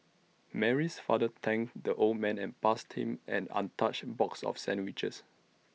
Mary's father thanked the old man and passed him an untouched box of sandwiches